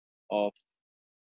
of